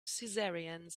cesareans